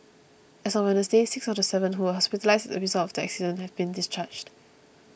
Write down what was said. as of Wednesday six of the seven who were hospitalised as a result of the accident have been discharged